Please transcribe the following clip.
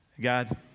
God